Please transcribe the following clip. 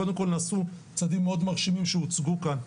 קודם כל נעשו צעדים מאוד מרשימים שהוצגו כאן.